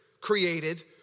created